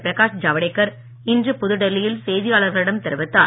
பிரகாஷ் ஜவடேக்கர் இன்று புதுடெல்லியில் செய்தியாளர்களிடம் தெரிவித்தார்